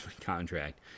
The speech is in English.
contract